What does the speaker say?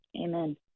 Amen